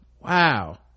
Wow